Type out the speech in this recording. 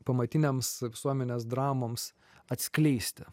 pamatinėms visuomenės dramoms atskleisti